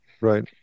Right